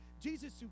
Jesus